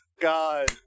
God